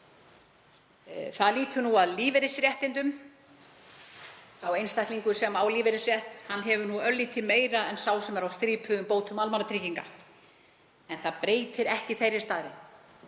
Það lýtur að lífeyrisréttindum. Sá einstaklingur sem á lífeyrisrétt hefur örlítið meira en sá sem er á strípuðum bótum almannatrygginga. En það breytir ekki þeirri staðreynd